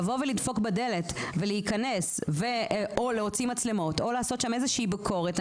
לדפוק בדלת ולהיכנס ולהוציא מצלמות או לעשות שם איזושהי ביקורת,